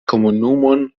komunumon